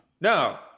No